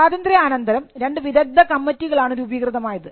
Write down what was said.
സ്വാതന്ത്ര്യാനന്തരം രണ്ട് വിദഗ്ധ കമ്മിറ്റികളാണ് രൂപീകൃതമായത്